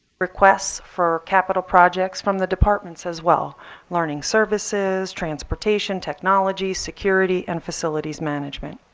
requests for capital projects from the departments as well learning services, transportation, technology, security, and facilities management.